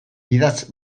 idatz